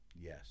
Yes